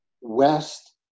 west